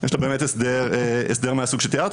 יש לה באמת הסדר מהסוג שתיארת.